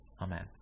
Amen